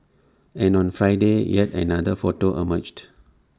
and on Friday yet another photo emerged